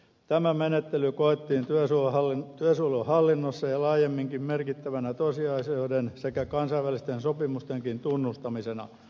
tämä menettely koettiin työsuojeluhallinnossa ja laajemminkin merkittävänä tosiasioiden sekä kansainvälisten sopimustenkin tunnustamisena